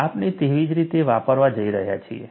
આપણે તેવી જ રીતે વાપરવા જઈ રહ્યા છીએ